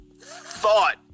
thought